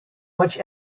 much